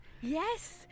yes